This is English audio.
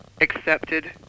accepted